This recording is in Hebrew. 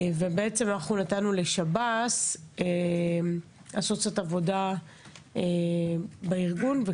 ונתנו לשב"ס לעשות קצת עבודה בארגון.